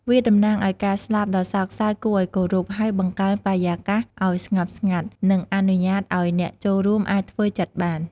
វាតំណាងឲ្យការស្លាប់ដ៏សោកសៅ គួរឲ្យគោរព ហើយបង្កើនបរិយាកាសឲ្យស្ងប់ស្ងាត់ និងអនុញ្ញាតឲ្យអ្នកចូលរួមអាចធ្វើចិត្តបាន។